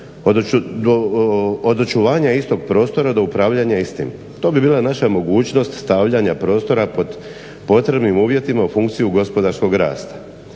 od očuvanja istog prostora do upravljanja istim. To bi bila naša mogućnost stavljanja prostora pod potrebnim uvjetima u funkciju gospodarskog rasta.